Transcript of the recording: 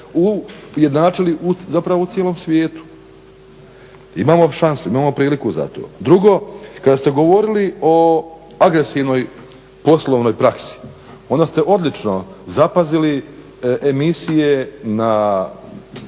ujednačili zapravo u cijelom svijetu. Imamo šansu, imamo priliku za to. Drugo, kada ste govorili o agresivnoj poslovnoj praksi, onda ste odlično zapazili emisije na